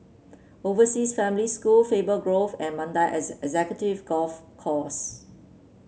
Overseas Family School Faber Grove and Mandai Executive Golf Course